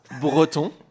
Breton